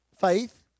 Faith